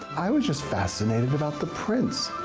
i was just fascinated about the prints.